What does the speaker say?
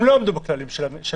הם לא עמדו בכללים של הממשלה,